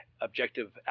objective